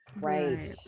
Right